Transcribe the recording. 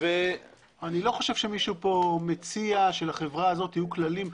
אני לא חושב שמישהו פה מציע שלחברה הזאת יהיו כללים,